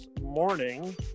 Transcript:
morning